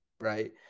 Right